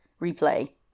replay